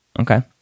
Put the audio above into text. okay